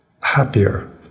happier